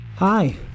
Hi